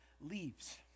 leaves